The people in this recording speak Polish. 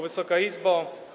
Wysoka Izbo!